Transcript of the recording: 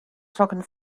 trocken